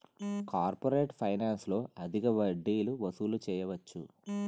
corporate ఫైనాన్స్లో అధిక వడ్డీలు వసూలు చేయవచ్చు